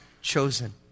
chosen